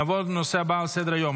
נעבור לנושא הבא על סדר-היום,